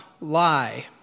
lie